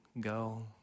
go